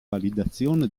validazione